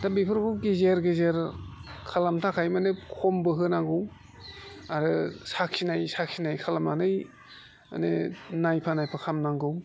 दा बेफोरखौ गेजेर गेजेर खालामनो थाखाय माने खमबो होनांगौ आरो साखिनाय साखिनाय खालामनानै माने नायफा नायफा खालामनांगौ